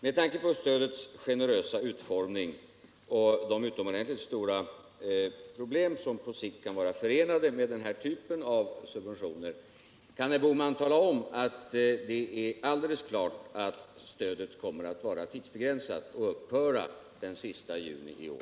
Med tanke på stödets generösa utformning och de utomordentligt stora problem som på lång sikt kan vara förenade med den här typen av subventioner vill jag fråga följande: Kan herr Bohman tala om att det är alldeles klart att stödet kommer att vara tidsbegränsat och upphöra den sista juni nästa år?